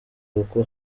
kuko